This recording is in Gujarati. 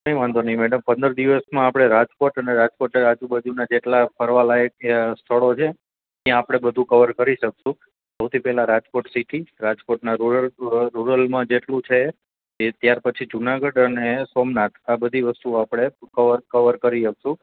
કાંઈ વાંધો નઈ મેડમ પંદર દિવસમાં આપણે રાજકોટ અને રાજકોટના આજુબાજુના જેટલા ફરવા લાયક એ સ્થળો છે ત્યાં આપણે બધું કવર કરી શકશું સૌથી પેલા રાજકોટ સીટી રાજકોટના રૂરલમાં જેટલું છે એ ત્યાર પછી જૂનાગઢ અને સોમનાથ આ બધી વસ્તુઓ આપણે કવર કવર કરી શકશું